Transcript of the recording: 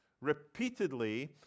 Repeatedly